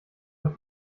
ein